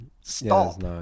stop